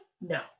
No